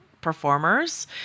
performers